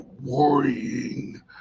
worrying